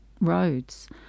roads